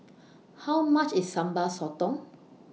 How much IS Sambal Sotong